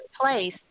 place